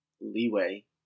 leeway